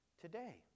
today